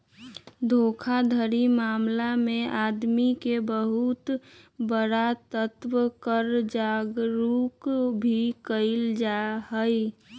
धोखाधड़ी मामला में आदमी के बहुत बड़ा स्तर पर जागरूक भी कइल जाहई